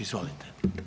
Izvolite.